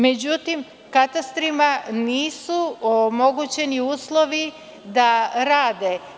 Međutim katastrima nisu omogućeni uslovi da rade.